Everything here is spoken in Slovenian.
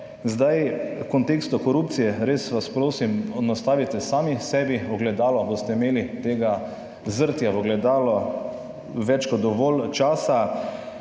Zdaj v kontekstu korupcije, res vas prosim, nastavite sami sebi ogledalo, boste imeli tega zrtja v ogledalo več kot dovolj časa,